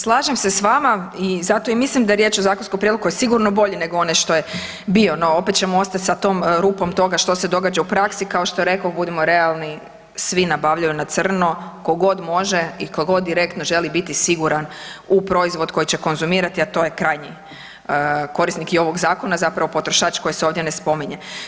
Slažem se s vama i zato mislim da je riječ o zakonskom prijedlogu koji je sigurno bolji nego onaj što je bio, no opet ćemo ostati sa tom rupom toga što se događa u praksi, kao što rekoh, budimo realni, svi nabavljaju na crno, tko god može i tko god direktno želi biti siguran u proizvod koji će konzumirati, a to je krajnji korisnik i ovog Zakona, zapravo potrošač, koji se ovdje ne spominje.